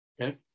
Okay